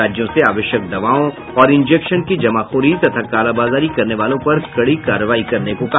राज्यों से आवश्यक दवाओं और इंजेक्शन की जमाखोरी तथा कालाबाजारी करने वालों पर कडी कार्रवाई करने को कहा